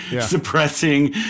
suppressing